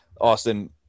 Austin